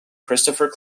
christopher